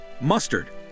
mustard